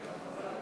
כן.